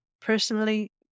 personally